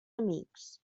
amics